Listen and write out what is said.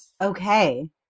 Okay